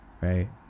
right